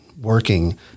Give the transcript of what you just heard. working